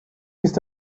ist